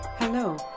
Hello